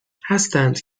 هستند